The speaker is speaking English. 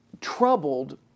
troubled